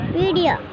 video